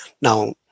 Now